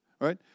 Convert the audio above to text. right